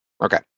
Okay